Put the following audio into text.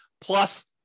Plus